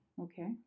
Okay